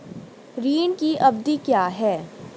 ऋण की अवधि क्या है?